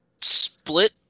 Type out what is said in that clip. split